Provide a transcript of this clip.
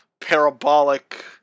parabolic